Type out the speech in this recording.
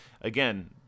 again